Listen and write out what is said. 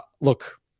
look